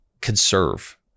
conserve